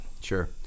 Sure